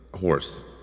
horse